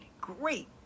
great